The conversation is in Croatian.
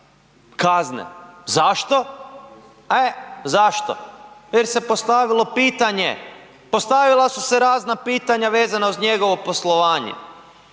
kazne. Zašto? E, zašto jer se postavilo pitanje, postavila su se razna pitanja vezana uz njegovo poslovanje.